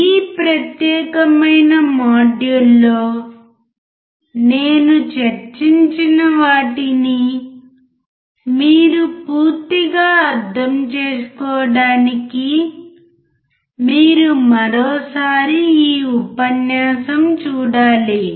ఈ ప్రత్యేకమైన మాడ్యూల్లో నేను చర్చించిన వాటిని మీరు పూర్తిగా అర్థం చేసుకోవడానికి మీరు మరోసారి ఈ ఉపన్యాసం చూడాలి